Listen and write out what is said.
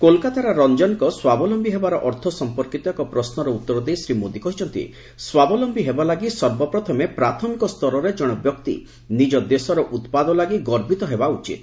କୋଲକାତାର ରଞ୍ଜନଙ୍କ ସ୍ୱାବଲମ୍ଭୀ ହେବାର ଅର୍ଥ ସଂପର୍କିତ ଏକ ପ୍ରଶ୍ନର ଉତ୍ତର ଦେଇ ଶ୍ରୀ ମୋଦୀ କହିଛନ୍ତି ସ୍ୱାବଲମ୍ଭୀ ହେବା ଲାଗି ସର୍ବପ୍ରଥମେ ପ୍ରାଥମିକ ସ୍ତରରେ ଜଣେ ବ୍ୟକ୍ତି ନିଜ ଦେଶର ଉତ୍ପାଦ ଲାଗି ଗର୍ବିତ ହେବା ଉଚିତ